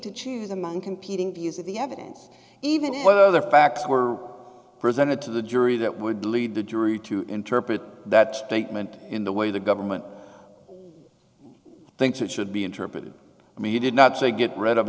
to choose among competing views of the evidence even where the facts were presented to the jury that would lead the jury to interpret that statement in the way the government thinks it should be interpreted i mean you did not say get rid of